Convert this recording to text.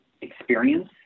experience